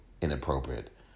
inappropriate